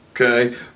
okay